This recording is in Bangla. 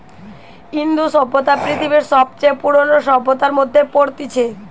ইন্দু সভ্যতা পৃথিবীর সবচে পুরোনো সভ্যতার মধ্যে পড়তিছে